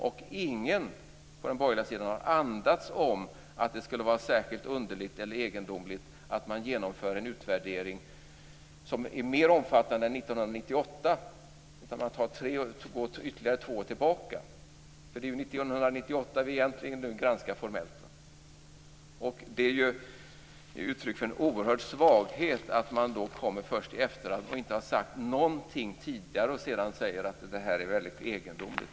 Och ingen på den borgerliga sidan har andats något om att det skulle vara särskilt underligt eller egendomligt att man genomför en utvärdering som är mer omfattande än 1998. Man går ytterligare två år tillbaka. Det är ju egentligen 1998 som vi nu granskar formellt. Det är uttryck för en oerhörd svaghet att man då kommer först efteråt. Man har inte sagt något tidigare, och sedan säger man att det här är väldigt egendomligt.